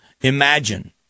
Imagine